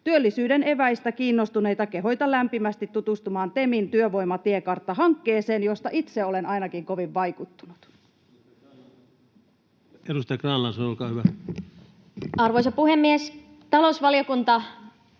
Työllisyyden eväistä kiinnostuneita kehotan lämpimästi tutustumaan TEMin Työvoimatiekartta-hankkeeseen, josta ainakin itse olen kovin vaikuttunut. Edustaja Grahn-Laasonen, olkaa hyvä. Arvoisa puhemies! Talousvaliokunta